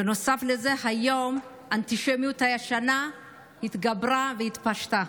נוסף לזה, היום האנטישמיות הישנה התגברה והתפשטה,